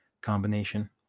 combination